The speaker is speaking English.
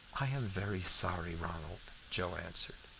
i am very sorry, ronald, joe answered.